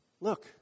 look